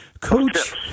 Coach